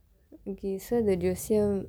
okay so the ஜோசியம்:joosiyam